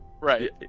Right